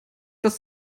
dass